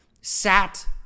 sat